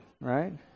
right